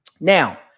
Now